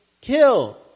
kill